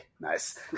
Nice